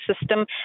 system